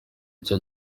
icyo